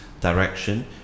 direction